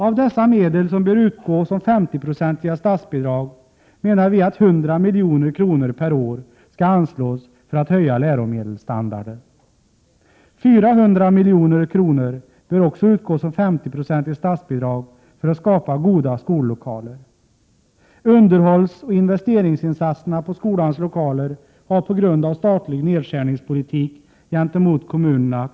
Av dessa medel, som bör utgå som 50-procentigt statsbidrag, menar vi att 100 miljoner per år skall anslås för att höja läromedelsstandarden. Dessutom bör 400 milj.kr. utgå som 50-procentigt statsbidrag för att skapa goda skollokaler. Underhållsoch investeringsinsatserna när det gäller skolans lokaler har kommit kraftigt på skam på grund av statlig nedskärningspolitik gentemot kommunerna.